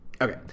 Okay